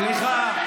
סליחה.